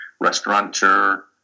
restaurateur